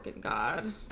god